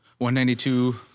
192